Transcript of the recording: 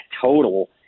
total